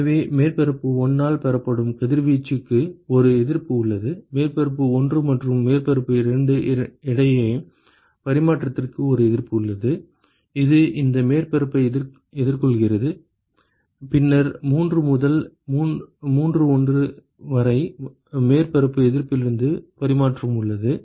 எனவே மேற்பரப்பு 1 ஆல் வெளிப்படும் கதிர்வீச்சுக்கு ஒரு எதிர்ப்பு உள்ளது மேற்பரப்பு 1 மற்றும் மேற்பரப்பு 2 இடையே பரிமாற்றத்திற்கு ஒரு எதிர்ப்பு உள்ளது இது இந்த மேற்பரப்பை எதிர்கொள்கிறது பின்னர் 3 முதல் 31 வரை மேற்பரப்பு எதிர்ப்பிலிருந்து பரிமாற்றம் உள்ளது